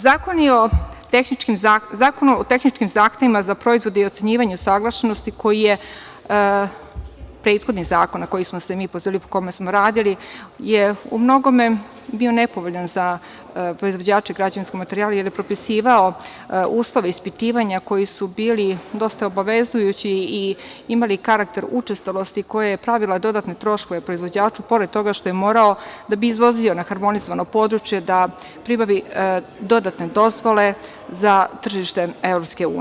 Zakon o tehničkim zahtevima za proizvode i ocenjivanje usaglašenosti, prethodni zakon na koji smo se mi pozivali i po kome smo radili, je umnogome bio nepovoljan za proizvođače građevinskog materijala jer je propisivao uslove ispitivanja koji su bili dosta obavezujući i imali karakter učestalosti, koje je pravilo dodatne troškove proizvođaču, pored toga što je morao, da bi izvozio na harmonizovane područje, da pribavi dodatne dozvole za tržište EU.